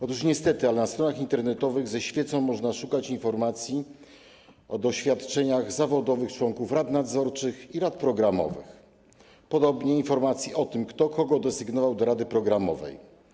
Otóż niestety na stronach internetowych ze świecą można szukać informacji o doświadczeniach zawodowych członków rad nadzorczych i rad programowych, podobnie informacji o tym, kto kogo desygnował do rady programowej.